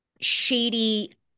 shady